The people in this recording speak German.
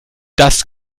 das